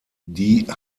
die